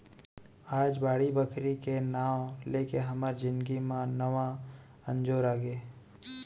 आज बाड़ी बखरी के नांव लेके हमर जिनगी म नवा अंजोर आगे